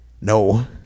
no